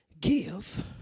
Give